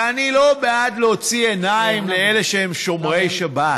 ואני לא בעד להוציא עיניים לאלה שהם שומרי שבת.